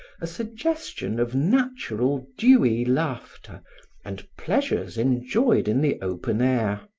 a suggestion of natural dewy laughter and pleasures enjoyed in the open air.